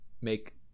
make